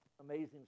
amazing